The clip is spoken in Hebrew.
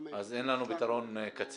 אז אין לנו בעיה של פתרון קצה.